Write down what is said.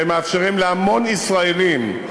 שמאפשרים להמון ישראלים,